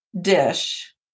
dish